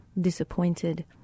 disappointed